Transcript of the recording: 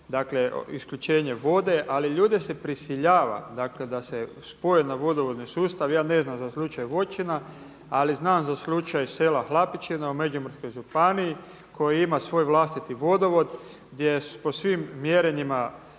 dakle isključenje vode, ali ljude se prisiljava da se spoje na vodovodni sustav, ja ne znam za slučaj Voćina, ali znam za slučaj sela Hlapići na Međimurskoj županiji koji ima svoj vlastiti vodovod gdje po svim mjerenjima